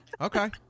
okay